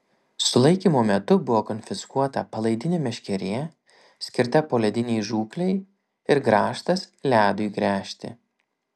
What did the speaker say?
sulaikymo metu buvo konfiskuota palaidinė meškerė skirta poledinei žūklei ir grąžtas ledui gręžti